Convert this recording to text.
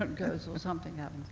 but goes, or something